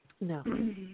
No